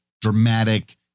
dramatic